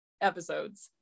episodes